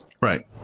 Right